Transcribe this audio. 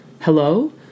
Hello